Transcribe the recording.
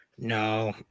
No